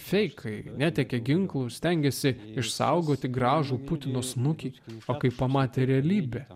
feikai netiekia ginklų stengiasi išsaugoti gražų putino snukį o kai pamatė realybę